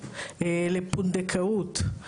לפונדקאות.